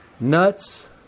Nuts